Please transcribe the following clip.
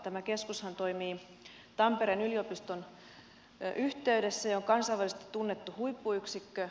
tämä keskushan toimii tampereen yliopiston yhteydessä ja on kansainvälisesti tunnettu huippuyksikkö